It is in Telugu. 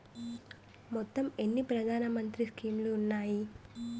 మొత్తం ఎన్ని ప్రధాన మంత్రి స్కీమ్స్ ఉన్నాయి?